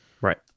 right